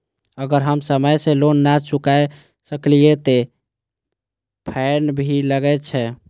अगर हम समय से लोन ना चुकाए सकलिए ते फैन भी लगे छै?